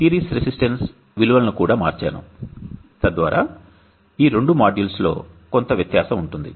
నేను series resistance విలువలను కూడా మార్చాను తద్వారా ఈ రెండు మాడ్యూల్స్ లో కొంత వ్యత్యాసం ఉంటుంది